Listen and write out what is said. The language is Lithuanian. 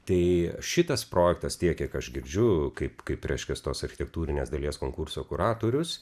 tai šitas projektas tiek kiek aš girdžiu kaip kaip reiškias tos architektūrinės dalies konkurso kuratorius